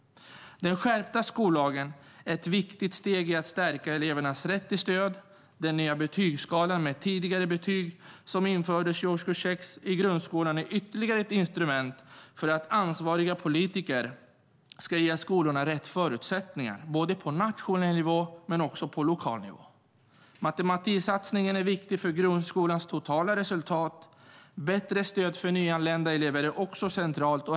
Den skärpta skollagen är ett viktigt steg i att stärka elevernas rätt till stöd. Den nya betygsskalan med tidigare betyg, som infördes i årskurs 6 i grundskolan, är ytterligare ett instrument för att ansvariga politiker ska ge skolorna rätt förutsättningar både på nationell nivå och på lokal nivå. Matematiksatsningen är viktig för grundskolans totala resultat. Bättre stöd för nyanlända elever är också centralt.